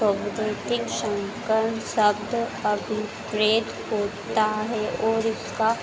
प्रौद्योगिकी संकन शब्द अभिप्रेत होता है और इसका